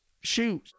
shoes